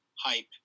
hype